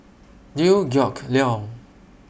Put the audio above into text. Liew Geok Leong